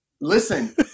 Listen